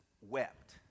wept